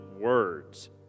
words